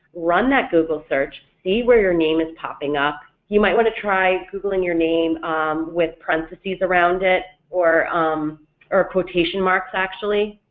run that google search, see where your name is popping up, you might want to try googling your name with parentheses around it or um or quotation marks actually,